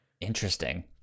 interesting